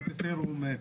אנטי סרום,